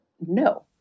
no